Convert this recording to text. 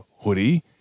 hoodie